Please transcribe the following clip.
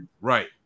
Right